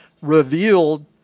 revealed